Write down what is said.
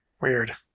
Weird